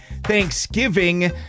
thanksgiving